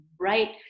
right